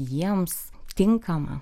jiems tinkamą